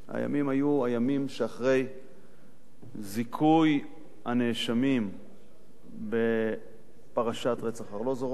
הימים היו הימים שאחרי זיכוי הנאשמים בפרשת רצח ארלוזורוב